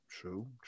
True